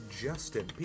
Justin